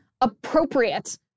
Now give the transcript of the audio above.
appropriate